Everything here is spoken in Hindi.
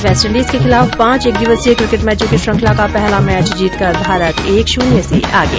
वेस्टइंडीज के खिलाफ पांच एक दिवसीय क्रिकेट मैचों की श्रृखंला का पहला मैच जीतकर भारत एक शून्य से आगे